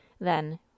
Then